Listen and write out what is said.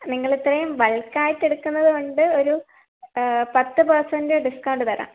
നിങ്ങൾ ഇത്രയും ബൾക്ക് ആയിട്ട് എടുക്കുന്നത് കൊണ്ട് ഒരു പത്ത് പെർസെൻ്റ് ഡിസ്കൗണ്ട് തരാം